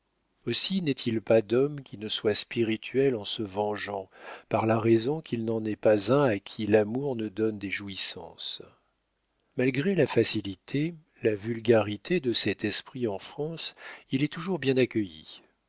aussi n'est-il pas d'homme qui ne soit spirituel en se vengeant par la raison qu'il n'en est pas un à qui l'amour ne donne des jouissances malgré la facilité la vulgarité de cet esprit en france il est toujours bien accueilli